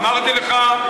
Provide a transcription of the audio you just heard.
אמרתי לך: